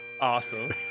Awesome